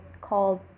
called